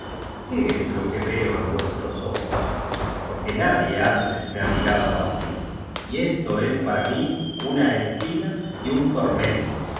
qué es lo que veo en vuestros ojos porque nadie antes me ha mirado asi y esto es para mi una espina y un tormento